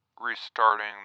restarting